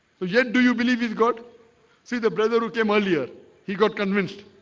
so yet do you believe he's god see the brother who came earlier he got convinced?